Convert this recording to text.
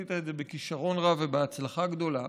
ועשית את זה בכישרון רב ובהצלחה גדולה,